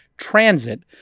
Transit